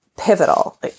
pivotal